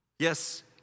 Yes